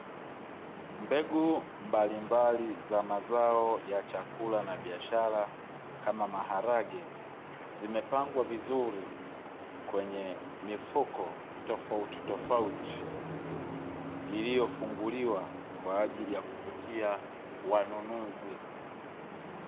Mbegu mbalimbali za mazao ya chakula na biashara kama maharage, zimepangwa vizuri kwenye mifuko tofautitofauti, iliyofunguliwa kwa ajili ya kuvutia wanunuzi.